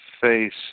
face